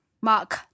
Mark